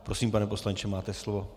Prosím, pane poslanče, máte slovo.